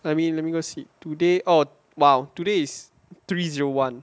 I mean let me go see today oh !wow! today is three zero one